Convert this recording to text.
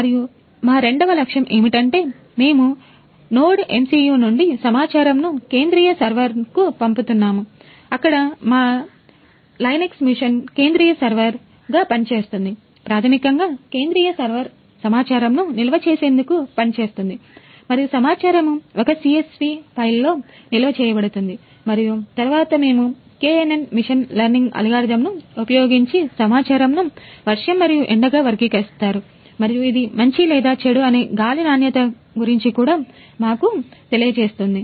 మరియు మా రెండవ లక్ష్యం ఏమిటంటే మేము నోడ్ఎంసియు సమాచారమును నిల్వ చేసేందుకు పనిచేస్తుంది మరియు సమాచారము ఒక CSV ఫైల్లో నిల్వ చేయబడుతుంది మరియు తరువాత మేము KNN మెషిన్ లెర్నింగ్ అల్గోరిథంను ఉపయోగించి సమాచారమును వర్షం మరియు ఎండగా వర్గీకరిస్తారు మరియు ఇది మంచి లేదా చెడు అనే గాలి నాణ్యత గురించి కూడా మాకు తెలియజేస్తుంది